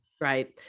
Right